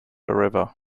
river